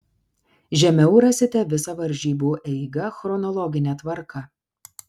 žemiau rasite visą varžybų eigą chronologine tvarka